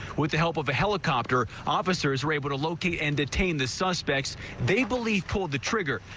with the help of a helicopter officers were able to locate and detain the suspects they believe pulled the trigger.